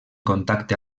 contacte